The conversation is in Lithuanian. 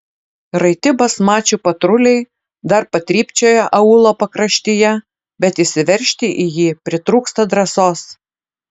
raiti basmačių patruliai dar patrypčioja aūlo pakraštyje bet įsiveržti į jį pritrūksta drąsos